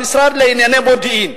המשרד לענייני מודיעין,